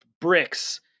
bricks